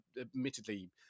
admittedly